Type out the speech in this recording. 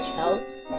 help